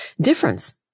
difference